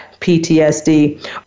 PTSD